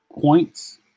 points